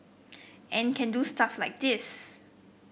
and can do stuff like this